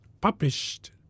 published